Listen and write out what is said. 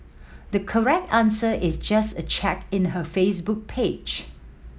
the correct answer is just a check her Facebook page